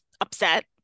upset